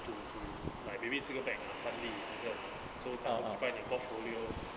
to to like maybe 这个 bag ah suddenly it broken ah so 他是 find in portfolio